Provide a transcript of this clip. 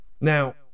Now